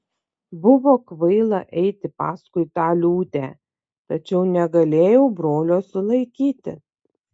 buvo kvaila eiti paskui tą liūtę tačiau negalėjau brolio sulaikyti